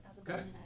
Okay